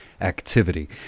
activity